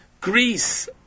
Greece